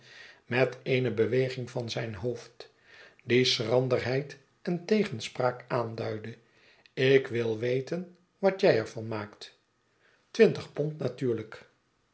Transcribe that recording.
met eene beweging van zijn hoofd die schranderheid en tegenspraak aanduidde ik wil weten wat jij er van maakt twintig pond natuurlijk